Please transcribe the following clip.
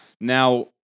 Now